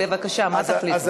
בבקשה, מה תחליטו?